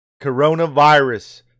Coronavirus